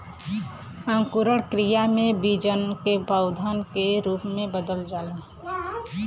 अंकुरण क्रिया में बीजन के पौधन के रूप में बदल जाला